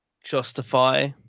justify